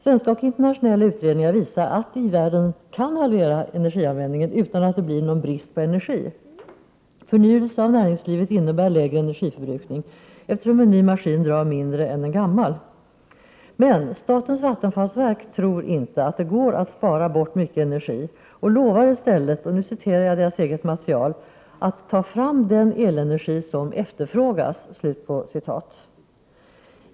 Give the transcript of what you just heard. Svenska och internationella utredningar visar att i-världen kan halvera energianvändningen utan att det blir någon brist på energi. Förnyelse av näringslivet innebär lägre energiförbrukning, eftersom en ny maskin drar mindre än en gammal. Statens vattenfallsverk tror inte att det går att spara bort mycket energi och lovar i stället att ”ta fram den elenergi som efterfrågas”.